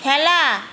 খেলা